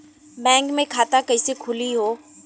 Bank मे खाता कईसे खुली हो?